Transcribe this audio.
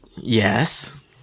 Yes